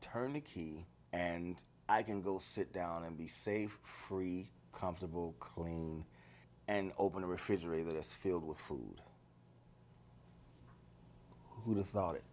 turn the key and i can go sit down and be safe free comfortable clean and open a refrigerator that's filled with food who thought